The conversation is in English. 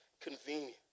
convenient